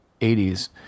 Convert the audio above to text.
80s